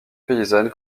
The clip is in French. paysanne